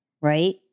right